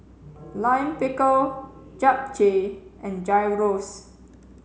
Lime Pickle Japchae and Gyros